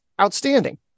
outstanding